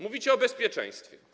Mówicie o bezpieczeństwie.